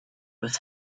was